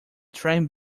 train